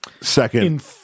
Second